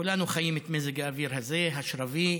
כולנו חיים את מזג האוויר הזה, השרבי.